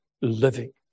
living